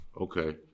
Okay